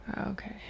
Okay